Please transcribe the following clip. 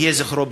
יהיה זכרו ברוך.